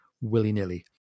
willy-nilly